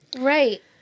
Right